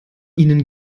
ihnen